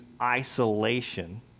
isolation